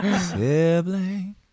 Sibling